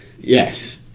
yes